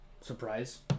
surprise